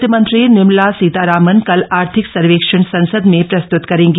वित्त मंत्री निर्मला सीतारामन कल आर्थिक सर्वेक्षण संसद में प्रस्तृत करेंगी